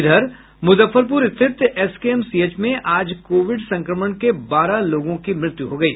इधर मुजफ्फरपुर स्थित एसकेएमसीएच में आज कोविड संक्रमण के बारह लोगों की मृत्यु हो गयी